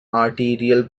arterial